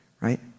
right